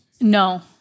no